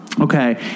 okay